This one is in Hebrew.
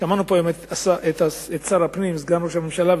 שמענו פה היום את שר הפנים וסגן ראש הממשלה,